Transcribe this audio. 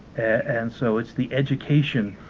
and so it's the education,